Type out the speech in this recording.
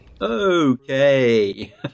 Okay